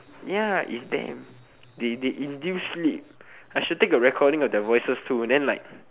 ya is them they they induce sleep I should take a recording of their voices too and then like